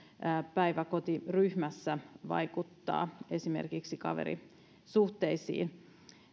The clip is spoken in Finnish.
päiväkotiryhmässä vaikuttaa esimerkiksi kaverisuhteisiin